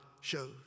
shows